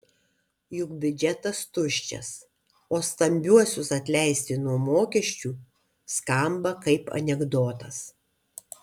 juk biudžetas tuščias o stambiuosius atleisti nuo mokesčių skamba kaip anekdotas